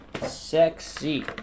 sexy